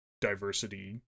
diversity